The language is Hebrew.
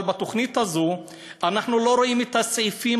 אבל בתוכנית הזו אנחנו לא רואים את הסעיפים